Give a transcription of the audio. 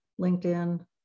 LinkedIn